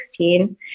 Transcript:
2016